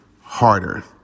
Harder